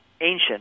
ancient